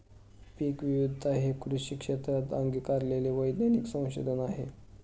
पीकविविधता हे कृषी क्षेत्रात अंगीकारलेले वैज्ञानिक संशोधन आहे